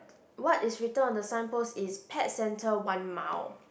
what is written on the sign post is pet centre one mile